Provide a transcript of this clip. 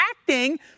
acting